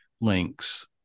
links